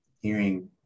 hearing